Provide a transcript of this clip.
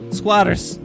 squatters